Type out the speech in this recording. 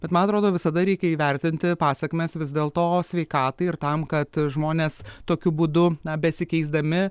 bet man atrodo visada reikia įvertinti pasekmes vis dėlto sveikatai ir tam kad žmonės tokiu būdu na besikeisdami